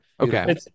Okay